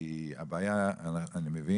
כי את הבעיה אני מבין,